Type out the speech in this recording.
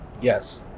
Yes